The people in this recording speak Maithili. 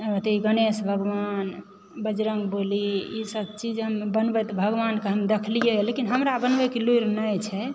अथी गणेश भगवान बजरंगबली ईसभ चीज हम बनबैत भगवानके हम देखलियै हँ लेकिन हमरा बनबयके लुरि नहि छै